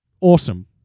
awesome